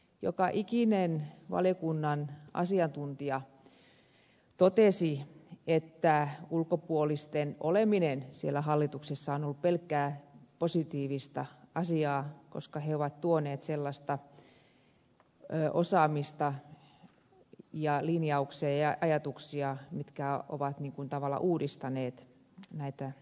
joka ikinen valiokunnan asiantuntija totesi että ulkopuolisten oleminen siellä hallituksessa on ollut pelkkää positiivista asiaa koska he ovat tuoneet sellaista osaamista ja sellaisia linjauksia ja ajatuksia mitkä ovat tavallaan uudistaneet näitä ajatteluja